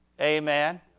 Amen